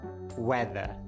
weather